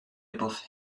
above